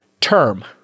term